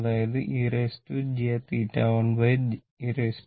അതായതു e jθ 1 e jθ2